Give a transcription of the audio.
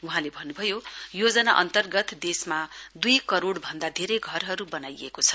वहाँले भन्नभयो योजना अन्तर्गत देशमा द्ई करोड़ भन्दा धेरै घरहरू बनाइएको छ